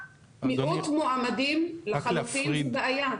מיעוט מועמדים לחלוטין זו בעיה.